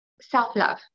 self-love